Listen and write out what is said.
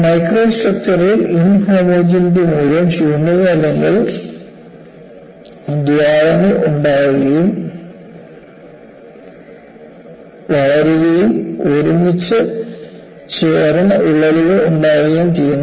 microstructural inhomogeneity മൂലം ശൂന്യത അല്ലെങ്കിൽ ദ്വാരങ്ങൾ ഉണ്ടാവുകയും വളരുകയും ഒരുമിച്ച് ചേർന്ന് വിള്ളലുകൾ ഉണ്ടാകുകയും ചെയ്യുന്നു